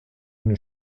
une